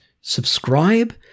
Subscribe